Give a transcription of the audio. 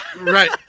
Right